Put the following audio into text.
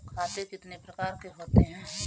खाते कितने प्रकार के होते हैं?